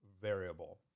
variable